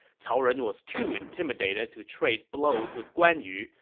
cao ren was too intimidated to trade blows with guan yu,